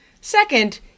Second